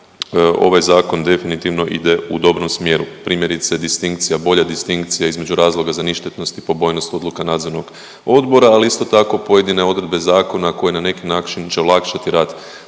ovaj zakon definitivno ide u dobrom smjeru. Primjerice distinkcija, bolja distinkcija između razloga za ništetnost i pobojnost odluka nadzornog odbora, ali isto tako pojedine odredbe zakona koje na neki način će olakšati rad